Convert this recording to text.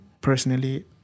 personally